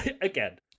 Again